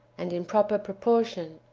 and in proper proportion.